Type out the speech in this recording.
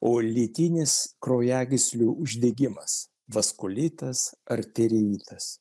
o lėtinis kraujagyslių uždegimas vaskulitas arterinitas